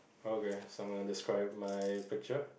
okay so I'm going to describe my picture